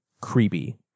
creepy